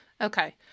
Okay